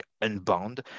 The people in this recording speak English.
unbound